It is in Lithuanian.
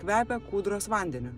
kvepia kūdros vandeniu